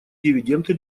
дивиденды